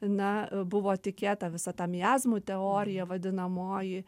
na buvo tikėta visa ta miazmų teorija vadinamoji